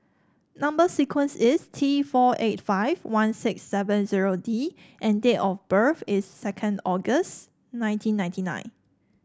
number sequence is T four eight five one six seven zero D and date of birth is second August nineteen ninety nine